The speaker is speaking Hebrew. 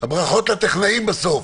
הברכות לטכנאים בסוף.